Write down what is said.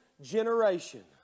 generation